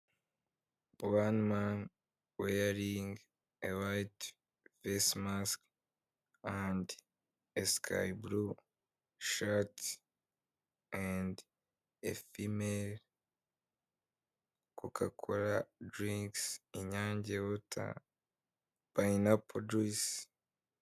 Wani mani weyaringi ewayiti fasimasiki andi esikayibulu shati andi efimare koka kora dirikisi inyange wata payinapo juyisi.